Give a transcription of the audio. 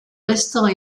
restants